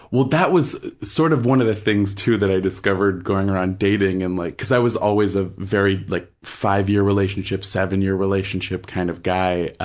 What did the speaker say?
well, that was sort of one of the things, too, that i discovered going around dating and like, because i was always a very like five-year-relationship, seven-year-relationship kind of guy,